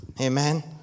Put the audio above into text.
Amen